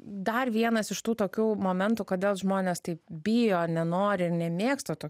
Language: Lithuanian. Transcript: dar vienas iš tų tokių momentų kodėl žmonės taip bijo nenori ir nemėgsta to